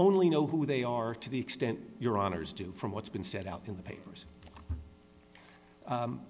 only know who they are to the extent your honour's do from what's been said out in the papers